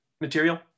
material